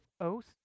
oaths